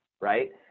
right